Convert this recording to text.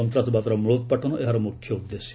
ସନ୍ତାସବାଦର ମୃଳୋତ୍ପାଟନ ଏହାର ମୁଖ୍ୟ ଉଦ୍ଦେଶ୍ୟ